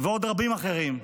ועוד רבים אחרים.